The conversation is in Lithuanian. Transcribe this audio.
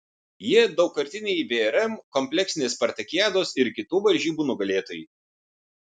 jie daugkartiniai vrm kompleksinės spartakiados ir kitų varžybų nugalėtojai